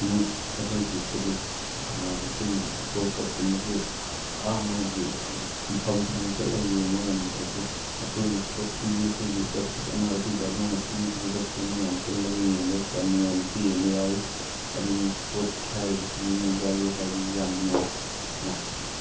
news ꯑꯩꯈꯣꯏꯒꯤ ꯀꯔꯤ ꯑꯩꯈꯣꯏꯅ ꯋꯥꯔꯜ ꯀꯞꯀꯨꯝꯕꯁꯤ ꯑꯥ ꯃꯣꯏꯒꯤ ꯃꯐꯝ ꯃꯐꯝꯗ ꯆꯠꯂꯒ ꯌꯦꯡꯕ ꯉꯝꯗ꯭ꯔꯁꯨ ꯑꯩꯈꯣꯏꯒꯤ ꯁ꯭ꯄꯣꯔꯠ ꯇꯤ ꯕꯤ ꯑꯩꯈꯣꯏꯒꯤ ꯑꯦꯞꯁ ꯑꯃ ꯑꯗꯨꯗ ꯃꯣꯏꯅ ꯄꯤꯕꯗꯨꯗ ꯑꯩꯈꯣꯏ ꯃꯌꯥꯝ ꯄꯨꯜꯂꯒ ꯌꯦꯡꯕ ꯀꯌꯥꯝ ꯅꯨꯡꯉꯥꯏꯅꯁꯨ ꯌꯦꯡꯕ ꯌꯥꯎꯏ ꯑꯗꯨꯅ ꯁ꯭ꯄꯣꯔꯠ ꯍꯥꯏꯕꯁꯤ ꯃꯦꯗꯤꯌꯥꯒꯤ ꯍꯥꯏꯔꯁꯤ ꯌꯥꯝ ꯅꯨꯡꯉꯥꯏ ꯑꯥ